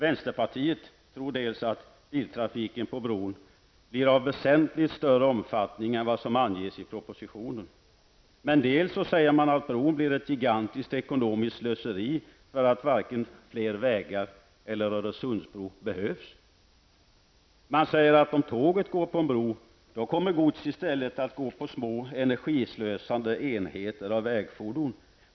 Vänsterpartiet tror att biltrafiken på bron blir av väsentligt större omfattning än vad som anges i propositionen. Men man säger också att bron blir ett gigantiskt ekonomiskt slöseri, eftersom varken fler vägar eller Öresundsbro behövs. Vidare säger man, att om tåget går på en bro, kommer gods att i stället gå på små energislösande enheter av vägfordon.